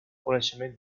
coneixement